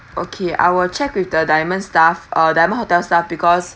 okay I'll check with the diamond staff uh diamond hotel's staff because